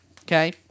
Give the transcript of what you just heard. okay